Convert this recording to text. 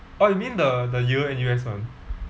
oh you mean the the yale N_U_S one